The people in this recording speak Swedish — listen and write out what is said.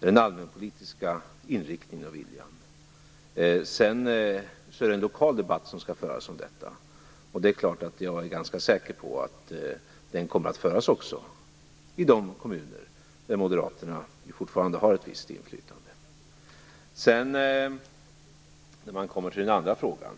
Det är den allmänpolitiska inriktningen och viljan. Sedan skall det föras en lokal debatt om detta. Jag är ganska säker på att den också kommer att föras i de kommuner där Moderaterna fortfarande har ett visst inflytande. Sedan kommer vi till den andra frågan